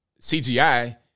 CGI